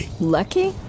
Lucky